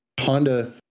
Honda